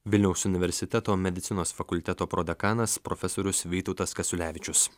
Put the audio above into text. vilniaus universiteto medicinos fakulteto prodekanas profesorius vytautas kasiulevičius